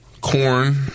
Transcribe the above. corn